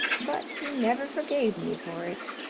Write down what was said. but he never forgave me for it.